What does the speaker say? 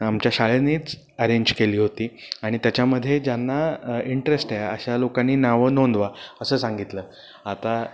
आमच्या शाळेनेच अरेंज केली होती आणि त्याच्यामध्ये ज्यांना इंटरेस्ट आहे अशा लोकांनी नावं नोंदवा असं सांगितलं आता